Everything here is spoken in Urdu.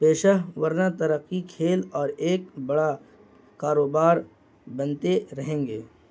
پیشہ ورانہ ترقی کھیل اور ایک بڑا کاروبار بنتے رہیں گے